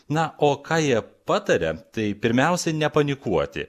na o ką jie pataria tai pirmiausia nepanikuoti